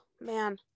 man